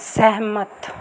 ਸਹਿਮਤ